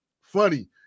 Funny